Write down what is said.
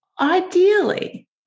ideally